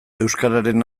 euskararen